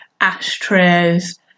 ashtrays